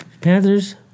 Panthers